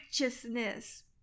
righteousness